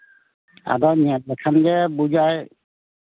ᱟᱫᱚ ᱧᱮᱞ ᱞᱮᱠᱷᱟᱱ ᱜᱮᱭ ᱵᱩᱡᱟᱭ